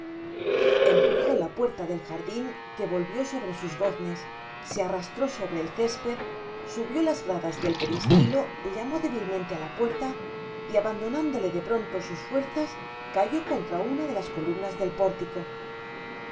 empujo la puerta del jardin que volvió sobre sus goznes se arrastró sobre el césped subió las gradas del peristilo llamó débilmente á la puerta y abandonándole de pronto sus fuerzas cayó contra una de las columnas del pórtico